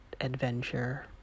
adventure